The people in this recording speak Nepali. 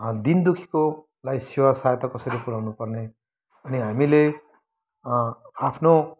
दीन दुःखीकोलाई सेवा सहायता कसरी पुऱ्याउनु पर्ने अनि हामीले आफ्नो